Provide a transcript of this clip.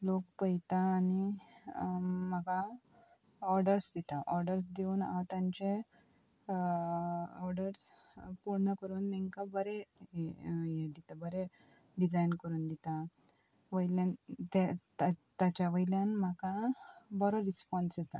लोक पयता आनी म्हाका ऑर्डर्स दिता ऑर्डर्स दिवून हांव तांचे ऑर्डर्स पूर्ण करून तेंकां बरें हे दिता बरें डिजायन करून दिता वयल्या तें ता ताच्या वयल्यान म्हाका बरो रिस्पोन्स येता